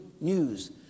news